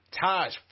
Taj